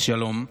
אז שלום לכם,